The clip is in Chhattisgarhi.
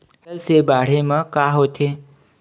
फसल से बाढ़े म का होथे?